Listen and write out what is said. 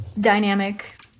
dynamic